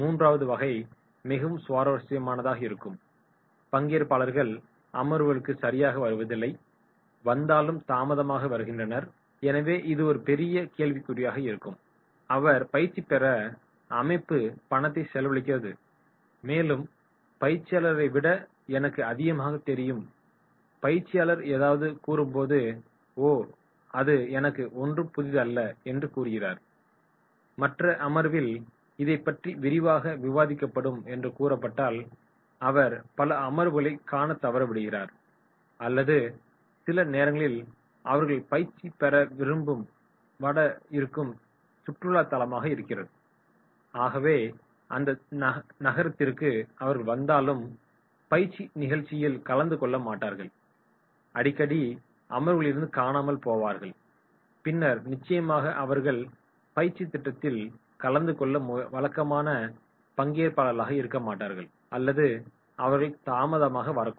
மூன்றாவது வகை மிகவும் சுவாரஸ்யமானதாக இருக்கும் பங்கேற்பாளர்கள் அமர்வுகளுக்கு சரியாக வருவதில்லை வந்தாலும் தாமதமாக வருகின்றனர் எனவே இது ஒரு பெரிய கேள்விகுறியாக இருக்கும் அவர் பயிற்சி பெற அமைப்பு பணத்தை செலவழிக்கிறது மேலும் பயிற்சியாளரை விட எனக்கு அதிகமாக தெரியும் பயிற்சியாளர் எதாவது கூறும்போது ஓ அது எனக்கு ஒன்றும் புதியதல்ல என்று கூறுகிறார் மற்ற அமர்வில் இதைப்பற்றி விரிவாக விவாதிக்கப்படும் என்று கூறப்பட்டால் அவர் பல அமர்வுகளை காணத் தவறவிடுகிறார் அல்லது சில நேரங்களில் அவர்கள் பயிற்சி பெற வரும் இடம் சுற்றுலா தலமாக இருக்கிறது ஆகவே அந்த நகரத்திற்கு அவர்கள் வந்தாலும் பயிற்சி நிகழ்ச்சியில் கலந்து கொள்ள மாட்டார்கள் அடிக்கடி அமர்வுகளிலிருந்து காணாமல் போவார்கள் பின்னர் நிச்சயமாக அவர்கள் பயிற்சித் திட்டத்தில் கலந்து கொள்ள வழக்கமான பங்கேற்பாளர்களாக இருக்க மாட்டார்கள் அல்லது அவர்கள் தாமதமாக வரக்கூடும்